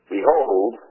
Behold